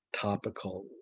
topical